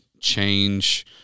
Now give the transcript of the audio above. change